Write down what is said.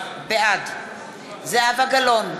בעד זהבה גלאון,